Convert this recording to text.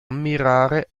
ammirare